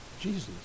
Jesus